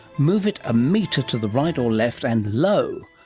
move it a metre to the right or left, and lo!